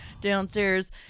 downstairs –